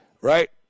right